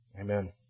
Amen